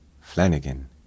Flanagan